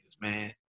man